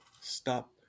stop